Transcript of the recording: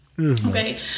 Okay